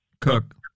Cook